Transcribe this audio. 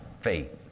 faith